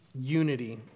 unity